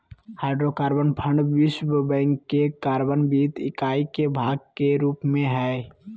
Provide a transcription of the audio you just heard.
hydrocarbon fund विश्व bank के carbon वित्त इकाई के भाग के रूप में हइ